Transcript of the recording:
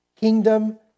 kingdom